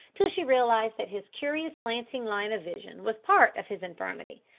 till she realised that his curious slanting line of vision was part of his infirmity.